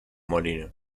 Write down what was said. molino